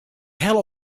helle